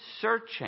searching